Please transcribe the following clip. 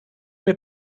mir